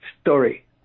story